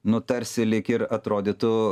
nu tarsi lyg ir atrodytų